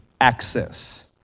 access